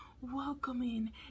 welcoming